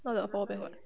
not the power bank [one] eh